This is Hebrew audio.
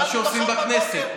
מה שעושים בכנסת,